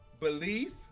belief